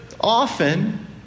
often